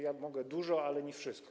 Ja mogę dużo, ale nie wszystko.